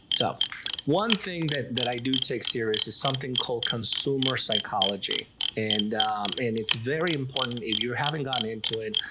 so one thing that that i do take serious is something called consumer psychology and and it's very important. if you haven't gone into it,